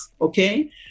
Okay